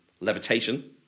levitation